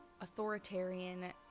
authoritarian